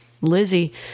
Lizzie